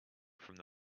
from